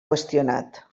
qüestionat